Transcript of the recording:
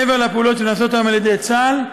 מעבר לפעולות שנעשות היום על-ידי צה"ל,